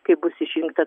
kai bus išrinkta